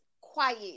quiet